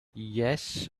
yes